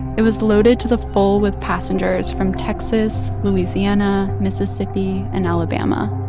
it was loaded to the full with passengers from texas, louisiana, mississippi and alabama